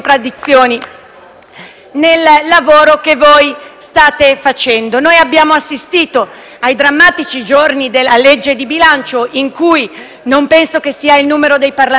nel lavoro che state facendo. Noi abbiamo assistito ai drammatici giorni della legge di bilancio, in cui non penso che sia stato tanto il numero dei parlamentari a bloccare